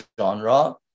genre